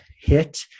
hit